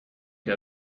che